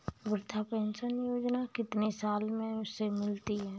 वृद्धा पेंशन योजना कितनी साल से मिलती है?